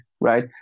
right